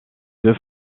deux